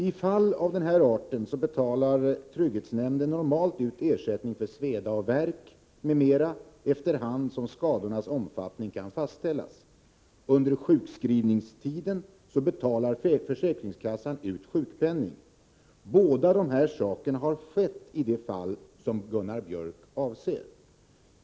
I fall av den art som frågan gäller betalar trygghetsnämnden normalt ut ersättning för sveda och värk m.m. efter hand som skadornas omfattning kan fastställas. Under sjukskrivningstiden betalar försäkringskassan ut sjukpenning. Båda dessa saker har skett i det fall Gunnar Biörck avser.